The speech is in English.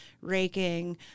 raking